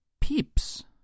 Peeps